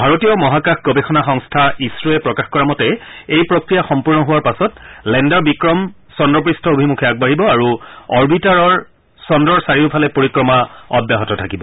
ভাৰতীয় মহাকাশ গৱেষণা সংস্থা ইছৰোৱে প্ৰকাশ কৰা মতে এই প্ৰক্ৰিয়া সম্পূৰ্ণ হোৱাৰ পাছত লেণ্ডাৰ বিক্ৰম চন্দ্ৰপৃষ্ঠ অভিমুখে আগবাঢ়িব আৰু অৰ্বিটাৰৰ চন্দ্ৰৰ চাৰিওফালে পৰিক্ৰমা অব্যাহত থাকিব